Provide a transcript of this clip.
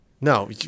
no